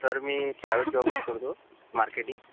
sir मी private जॉबच करतो मार्केटिंग